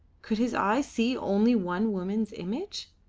could his eyes see only one woman's image?